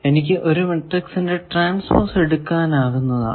എനിക്ക് ഒരു മാട്രിക്സിന്റെ ട്രാൻസ്പോസ് എടുക്കാനാകുന്നതാണ്